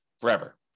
forever